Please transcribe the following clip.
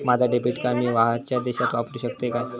माझा debit card मी बाहेरच्या देशात वापरू शकतय काय?